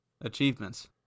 achievements